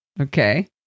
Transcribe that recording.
Okay